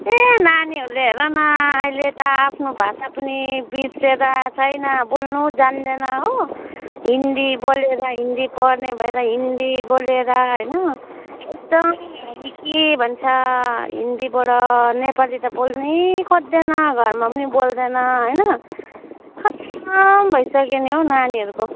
ए नानीहरूले हेर न अहिले त आफ्नो भाषा पनि बिर्सिएर छैन बोल्नु जाँन्दैन हो हिन्दी बोलेर हिन्दी पढ्ने भएर हिन्दी बोलेर होइन एकदम घरी के भन्छ हिन्दीबाट नेपाली त बोल्नै खोज्दैन घरमा पनि बोल्दैन होइन खत्तम भइसक्यो नि हौ नानीहरूको